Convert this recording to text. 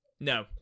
No